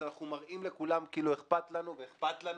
אנחנו מראים לכולם כאילו אכפת לנו ואכן אכפת לנו